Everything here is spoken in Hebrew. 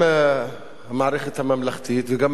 המערכת הממלכתית וגם מערכת המשפט